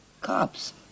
cops